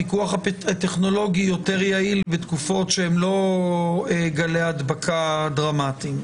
הפיקוח הטכנולוגי יותר יעיל בתקופות שהן לא גלי הדבקה דרמטיים.